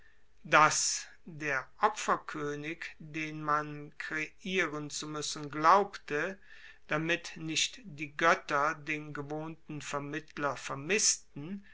dass der opferkoenig den man kreieren zu muessen glaubte damit nicht die goetter den gewohnten vermittler vermissten